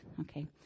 okay